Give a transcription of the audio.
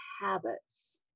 habits